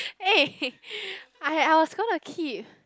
(ehe) I I was gonna keep